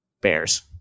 Bears